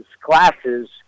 classes